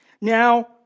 Now